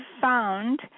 found